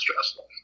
stressful